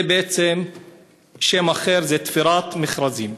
זה בעצם שם אחר לתפירת מכרזים.